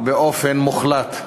באופן מוחלט.